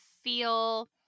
feel